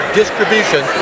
distribution